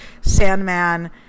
Sandman